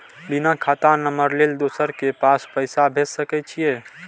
बिना खाता नंबर लेल दोसर के पास पैसा भेज सके छीए?